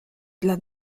dla